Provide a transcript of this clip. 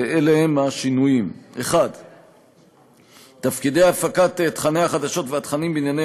ואלה הם השינויים: 1. תפקידי הפקת תוכני החדשות והתכנים בענייני